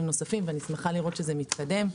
נוספים ואני שמחה מאוד שזה מתקדם.